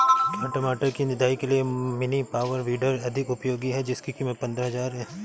क्या टमाटर की निदाई के लिए मिनी पावर वीडर अधिक उपयोगी है जिसकी कीमत पंद्रह हजार है?